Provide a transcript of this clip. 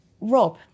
Rob